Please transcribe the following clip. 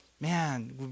Man